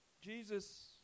Jesus